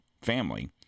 family